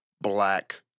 Black